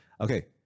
Okay